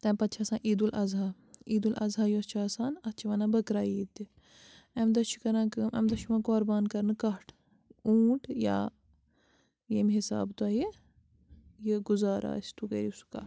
تَمہِ پَتہٕ چھِ آسان عیٖدالاضحیٰ عیٖدالاضحیٰ یۄس چھِ آسان اَتھ چھِ وَنان بٔکرا عیٖد تہِ اَمہِ دۄہ چھِ کَران کٲم اَمہِ دۄہ چھُ یِوان قۄربان کَرنہٕ کَٹھ اوٗنٛٹ یا ییٚمہِ حِسابہٕ تۄہہِ یہِ گُزارٕ آسہِ تُہۍ کٔرِو سُہ کَٹھ